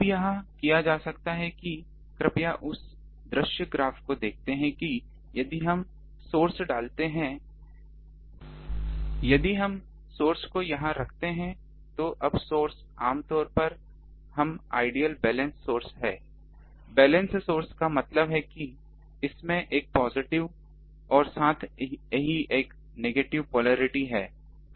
अब यह किया जा सकता है कृपया उस दृश्य ग्राफ को देखें कि यदि हम सोर्स डालते हैं यदि हम सोर्स को यहां रखते हैं तो अब सोर्स आम तौर पर हम आइडियल बैलेंस सोर्स हैं बैलेंस सोर्स का मतलब है कि इसमें एक पॉजिटिव और साथ ही एक नेगेटिव पोलैरिटी है